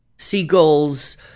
seagulls